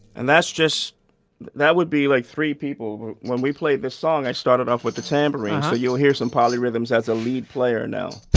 and that's just that would be like three people when we played this song i started off with a tambourine so you'll hear some poly rhythms as a lead player now